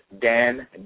Dan